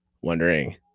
wondering